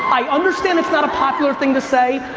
i understand it's not a popular thing to say,